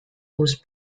was